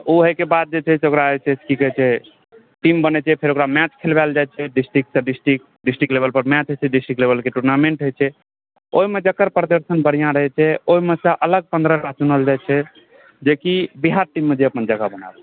ओ होइके बाद जे छै से ओकरा की कहै छै टीम बनै छै फेर ओकरा मैच खेलबायल जाइ छै डिस्टिकसँ डिस्टिक डिस्टिक लेवल पर मैच होइ छै डिस्टिक लेवलके टूर्नामेन्ट होइ छै ओहिमे जकर प्रदर्शन बढ़िऑं रहै छै ओहिमेसँ अलग पन्द्रहटा चुनल जाइ छै जेकि बिहार टीममे अपन जगह बनाबै छै